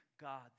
God